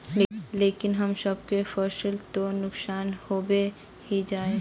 लेकिन हम सब के फ़सल तो नुकसान होबे ही जाय?